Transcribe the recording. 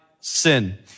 sin